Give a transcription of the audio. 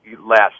last